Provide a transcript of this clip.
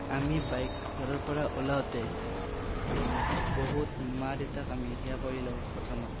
আমি বাইক ঘৰৰ পৰা ওলাওঁতে বহুত মা দেউতাক আমি সেৱা কৰি লওঁ প্ৰথমত